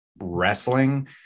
wrestling